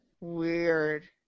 Weird